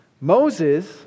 Moses